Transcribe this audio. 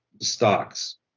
stocks